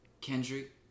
Kendrick